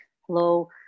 hello